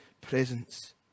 presence